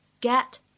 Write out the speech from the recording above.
get